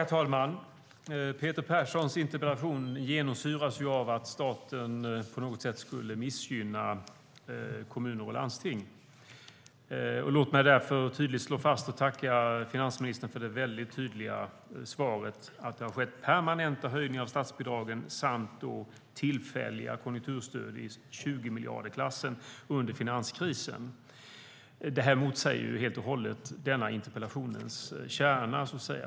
Herr talman! Interpellationen från Peter Persson genomsyras av att staten på något sätt skulle missgynna kommuner och landsting. Låt mig därför tacka finansministern för det mycket tydliga svaret att det har skett permanenta höjningar av statsbidragen och tillkommit tillfälliga konjunkturstöd i 20-miljardersklassen under finanskrisen. Detta motsäger helt och hållet kärnan i interpellationen.